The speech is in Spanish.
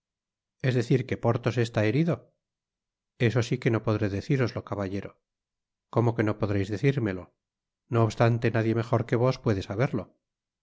es decir que porthos está herido eso si que no podré deciroslo caballero como que no podeis decirmelo no obstante nadie mejor que vos puede saberlo si